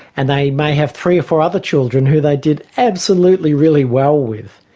and they may have three or four other children who they did absolutely really well with.